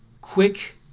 quick